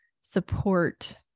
support